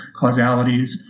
causalities